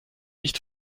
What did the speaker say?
nicht